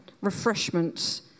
refreshments